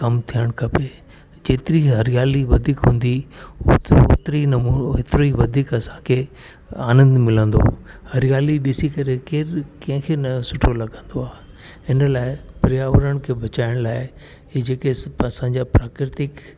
कमु थियणु खपे जेतिरी हरियाली वधीक हूंदी ओतरो ओतिरी नमूरो एतिरो ई वधीक असांखे आनंद मिलंदो हरियाली ॾिसी करे केर कंहिंखे न सुठो लॻंदो आई हिन लाइ पर्यावरण खे बचाइण लाइ ई जेके असांजा प्राकृतिक